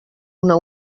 una